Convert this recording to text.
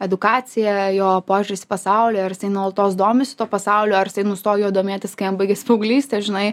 edukacija jo požiūris į pasaulį ar jisai nuolatos domisi tuo pasauliu ar jisai nustojo domėtis kai jam baigėsi paauglystė žinai